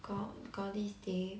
got got this day